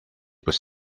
would